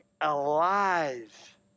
alive